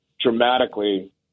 dramatically